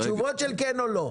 תן תשובות של כן או לא.